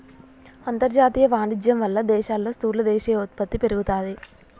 అంతర్జాతీయ వాణిజ్యం వాళ్ళ దేశాల్లో స్థూల దేశీయ ఉత్పత్తి పెరుగుతాది